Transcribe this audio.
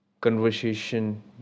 conversation